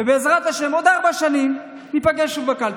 ובעזרת השם, עוד ארבע שנים ניפגש שוב בקלפי.